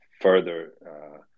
further